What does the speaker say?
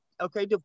Okay